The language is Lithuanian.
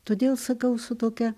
todėl sakau su tokia